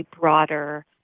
broader